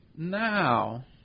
Now